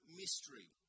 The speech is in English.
mystery